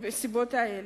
הסיבות האלה.